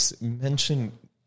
mention